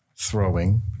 throwing